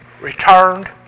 returned